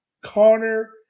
Connor